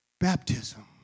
baptism